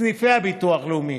בסניפי הביטוח הלאומי.